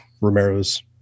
Romero's